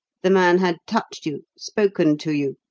the man had touched you, spoken to you,